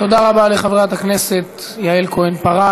תודה רבה לחברת הכנסת יעל כהן-פארן.